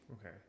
Okay